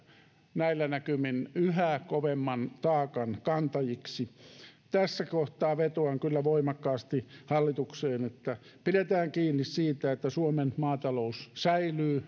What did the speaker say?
näillä näkymin yhä kovemman taakan kantajiksi tässä kohtaa vetoan kyllä voimakkaasti hallitukseen että pidetään kiinni siitä että suomen maatalous säilyy